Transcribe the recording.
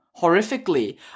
horrifically